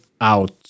out